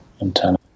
antenna